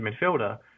midfielder